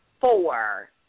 four